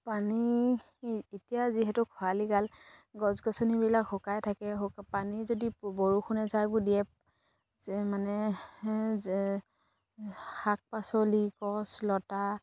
পানী এতিয়া যিহেতু খৰাালি কাল গছ গছনিবিলাক শুকাই থাকে শু পানী যদি বৰষুণে এজাকো দিয়ে মানে যে শাক পাচলি গছ লতা